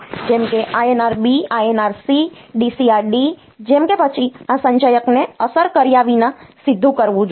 જેમ કે INR B INR C DCR D જેમ કે પછી આ સંચયકને અસર કર્યા વિના સીધું કરવું જોઈએ